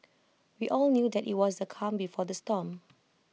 we all knew that IT was the calm before the storm